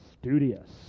studious